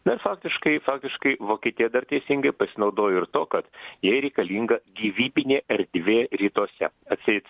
bet faktiškai faktiškai vokietija dar teisingai pasinaudojo ir tuo kad jai reikalinga gyvybinė erdvė rytuose atseit